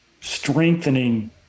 strengthening